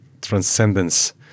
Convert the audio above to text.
transcendence